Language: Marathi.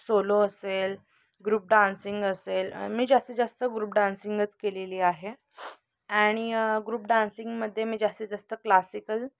सोलो असेल ग्रुप डान्सिंग असेल मी जास्तीत जास्त ग्रुप डान्सिंगच केलेली आहे आणि ग्रुप डान्सिंगमध्ये मी जास्तीत जास्त क्लासिकल